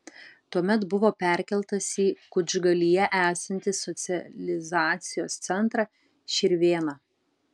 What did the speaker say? tuomet buvo perkeltas į kučgalyje esantį socializacijos centrą širvėna